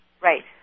right